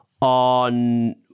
on